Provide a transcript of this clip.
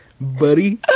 buddy